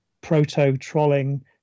proto-trolling